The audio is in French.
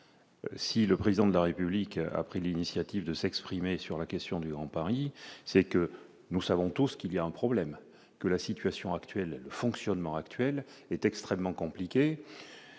si le président de la République a pris l'initiative de s'exprimer sur la question du Grand Paris, c'est que nous savons tous ce qu'il y a un problème que la situation actuelle : le fonctionnement actuel est extrêmement compliquée,